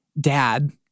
dad